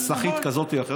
נסחית כזאת או אחרת,